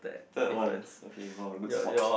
third one okay !wow! good spot